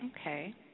Okay